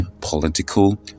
political